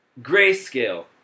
Grayscale